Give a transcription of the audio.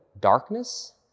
darkness